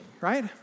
right